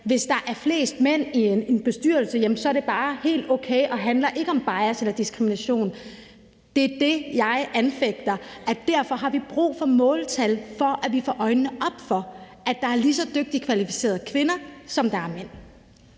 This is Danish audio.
hvis der er flest mænd i en bestyrelse, så er det bare helt okay og handler ikke om bias eller diskrimination. Det er det, jeg anfægter. Derfor har vi brug for måltal, altså for at vi får øjnene op for, at der er lige så dygtige og kvalificerede kvinder, som der er mænd.